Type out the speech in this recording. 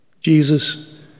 Jesus